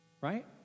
right